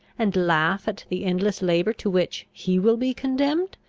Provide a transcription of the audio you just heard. and laugh at the endless labour to which he will be condemned?